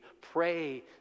pray